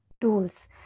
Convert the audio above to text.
tools